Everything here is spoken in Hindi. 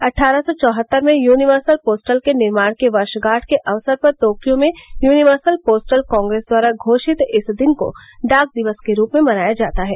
अट्ठारह सौ चौहत्तर में यूनिवर्सल पोस्टल के निर्माण की वर्षगांठ के अवसर पर तोक्यो में यूनिवर्सल पोस्टल कांग्रेस द्वारा घोषित इस दिन को डाक दिवस के रूप में मनाया जाता है